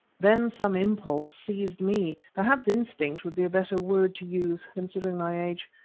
then some impulse seized me perhaps instinct would be a better word to use, considering my age.